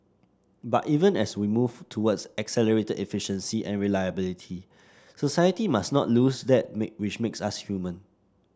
but even as we move towards accelerated efficiency and reliability society must not lose that make which makes us human